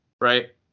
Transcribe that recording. right